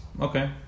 Okay